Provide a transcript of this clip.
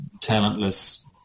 talentless